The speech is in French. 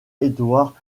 édouard